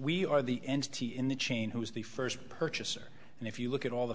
we are the entity in the chain who is the first purchaser and if you look at all the